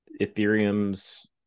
ethereum's